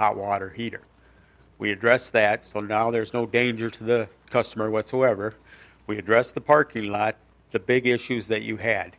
hot water heater we address that so now there's no danger to the customer whatsoever we address the parking lot the big issues that you had